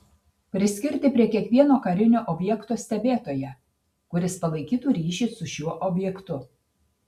priskirti prie kiekvieno karinio objekto stebėtoją kuris palaikytų ryšį su šiuo objektu